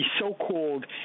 so-called